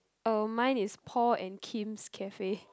oh mine is Paul and Kim's cafe